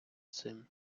цим